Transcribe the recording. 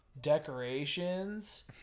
decorations